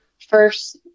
first